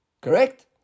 Correct